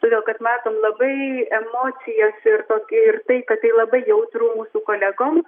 todėl kad matom labai emocijas ir tokį ir tai kad tai labai jautru mūsų kolegom